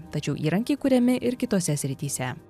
tačiau įrankiai kuriami ir kitose srityse